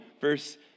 Verse